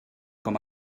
com